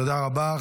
תודה רבה.